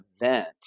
event